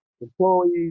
Employees